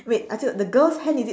wait ask you the girl's hand is it